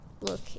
look